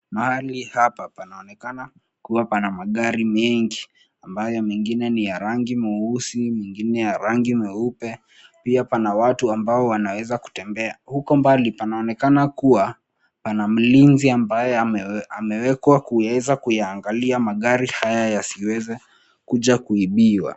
Mahali hapa panaonekana kuwa pana magari mengi ambayo mengine ni ya rangi mweusi mengine ya rangi mweupe pia pana watu ambao wanaweza kutembea. Huko panaonekana kuwa pana mlinzi ambaye amewekwa kuweza kuyangalia magari haya yasiweze kuja kuibiwa.